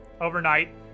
overnight